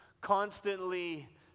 constantly